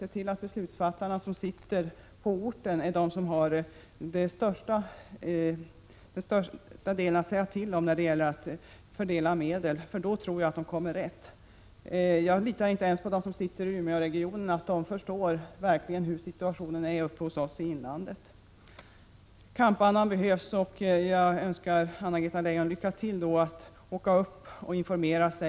Se till att beslutsfattarna som sitter på orten är de som har mest att säga till om när det gäller att fördela medlen — då tror jag att de kommer rätt. Jag litar inte ens på att de som befinner sig i Umeåregionen verkligen förstår inlandet. Kampandan behövs, och jag önskar Anna-Greta Leijon lycka till när hon åker upp och informerar sig.